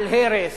על הרס,